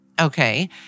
Okay